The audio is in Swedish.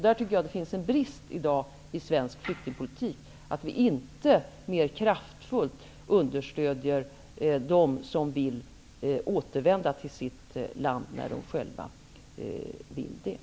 Där tycker jag att det i dag är en brist i svensk flyktingpolitik att vi inte mera kraftfullt understödjer dem som vill återvända till sitt land när de själva vill detta.